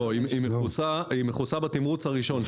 היא מכוסה בתמרוץ הראשון,